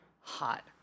hot